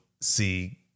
See